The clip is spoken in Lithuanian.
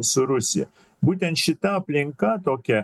su rusija būtent šita aplinka tokia